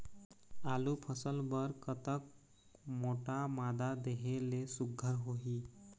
आलू फसल बर कतक मोटा मादा देहे ले सुघ्घर होही?